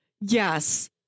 Yes